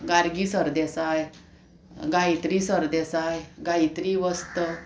गार्गी सरदेसाय गायत्री सरदेसाय गायत्री वस्त